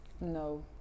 No